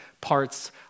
parts